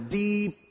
deep